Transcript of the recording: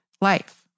life